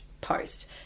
post